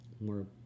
more